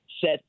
set